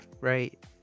right